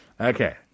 Okay